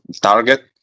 target